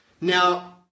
Now